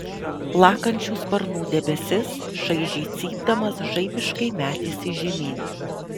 plakančių sparnų debesis šaižiai cypdamas žaibiškai metėsi žemyn